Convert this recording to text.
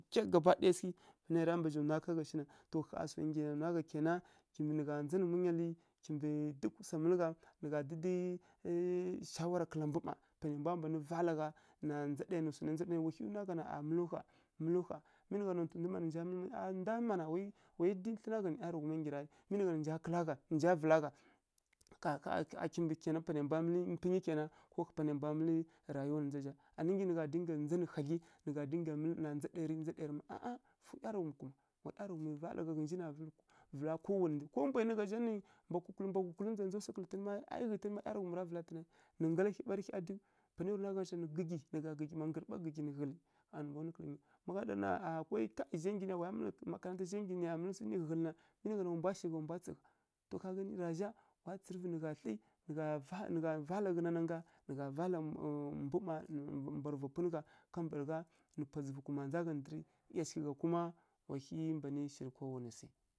Kyiya gaɓa ɗaya nai ya ra mba zhi nwai ra ka gha shina to gha swai nggyi ya nǝya nwa ká gha kena nǝ gha ndza nǝ munyalǝ kimbǝ dukǝ swa mǝlu gha nǝ gha dǝdǝi shawara kǝla mbu mma panai mbwa mban vala gha nǝ gha ɗana ndza ɗaya nǝ swana rǝ, ndza ɗaya nǝ swana rǝ wa hyi nwa gha na mǝlǝw ƙha, mǝlǝw gha mi nǝ nontǝ ndu a damǝ mana wu yi dǝyi thlǝna gha nǝ nǝˈyarǝghuma nggyirǝ aˈi mi nǝ gha na nǝ nja kǝla gha nǝ nja vǝla ká gha panai mbwa mǝlǝ rayiwa na ndza zǝ zha. Anǝ nggyi nǝ gha dinga ndza nǝ hadlyi nǝ gha dinga miyi na ndza ɗaya rǝ, ndza ɗaya rǝ aˈa fǝw ˈyarǝghum kuma, wa ˈyarǝghumi vala gha ghǝnji na mǝlǝ ko mbwa nu gha zha mma mba kukulǝ mbwa kukulǝ mma ˈyi ˈyarǝghumi ra vǝla ghǝtǝn nǝ nggala hyi ɓarǝ hya ɗuyiw ghǝzǝ nai ya ra nwara ghun shina na gǝgǝgyi nǝ gha tsǝw gǝggyi na ndǝrǝɓa gǝggyi nǝ ghǝlǝ gha nǝ mbwa nwi ƙha nǝ mbwa nu kǝla ghuma mi ɗa gha wa ya nggyi nǝya mǝlǝ swi ghǝghǝlǝ na mi nǝ gha na wa mbwa shi gha wa mbwa tsǝ gha wa tsǝrǝvǝ nǝ gha thlǝ nǝ gha vala ghǝnananga, nǝ gha vala ndu mma mbwarǝ vapunǝ gha kambǝragha nǝ pwa dzǝvu kuma ndza gha ndǝrǝ ˈyashigha kuma wa hyi mban shirǝ kowani swi.